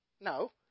no